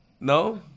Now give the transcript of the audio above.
No